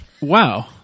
wow